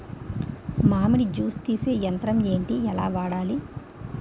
మామిడి జూస్ తీసే యంత్రం ఏంటి? ఎలా వాడాలి?